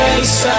Face